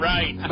Right